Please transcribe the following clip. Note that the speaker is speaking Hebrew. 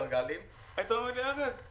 הייתם אומרים לי: ארז,